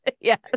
yes